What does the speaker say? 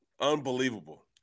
unbelievable